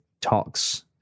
talks